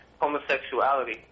homosexuality